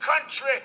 country